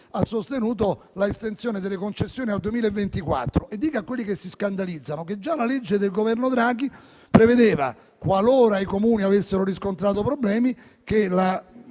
ha sostenuto l'estensione delle concessioni al 2024. A quelli che si scandalizzano dico che già la legge del Governo Draghi prevedeva, qualora i Comuni avessero riscontrato problemi, che la